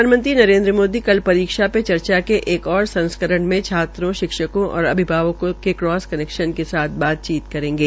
प्रधानमंत्री नरेन्द्र मोदी कल परीक्षा पे चर्चा के एक ओर संस्करण में छात्रों शिक्षकों और अभिभावकों के क्रॉस कनैक्शन के साथ बातचीत करेंगे